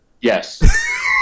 yes